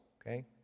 okay